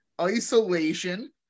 isolation